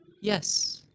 Yes